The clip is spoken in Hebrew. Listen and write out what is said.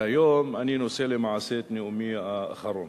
והיום אני נושא למעשה את נאומי האחרון.